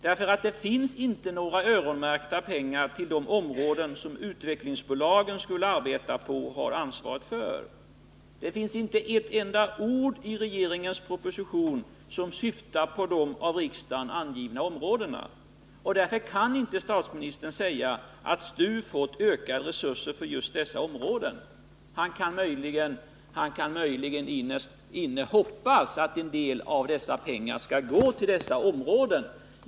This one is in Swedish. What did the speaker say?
Det finns inga öronmärkta pengar till de områden som utvecklingsbolagen skulle arbeta på och ha ansvaret för. I regeringens proposition finns inte ett enda ord som syftar på de av riksdagen angivna områdena. Därför kan inte statsministern säga att STU fått ökade resurser för just dessa områden. Han kan möjligen innerst inne hoppas att en del av pengarna skall gå till de områdena.